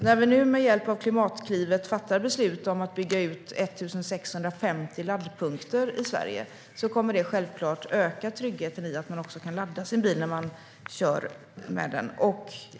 När vi nu med hjälp av Klimatklivet fattar beslut om att bygga ut 1 650 laddpunkter i Sverige kommer det självklart att öka tryggheten i att man också kan ladda sin bil när man kör den.